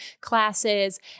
classes